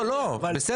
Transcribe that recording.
לא לא בסדר,